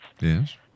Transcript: Yes